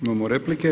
Imamo replike.